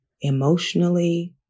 emotionally